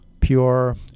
pure